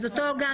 בסדר.